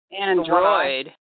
Android